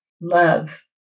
love